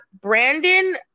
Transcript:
Brandon